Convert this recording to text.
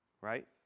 Right